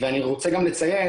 ואני רוצה גם לציין,